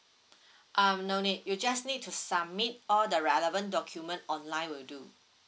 um no need you just need to submit all the relevant document online will do